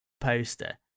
poster